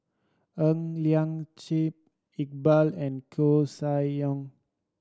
Ng Liang Chiang Iqbal and Koeh Sia Yong